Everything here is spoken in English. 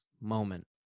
moment